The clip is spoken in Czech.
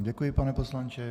Děkuji vám, pane poslanče.